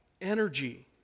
energy